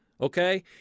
okay